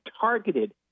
targeted